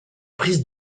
prises